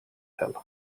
hotell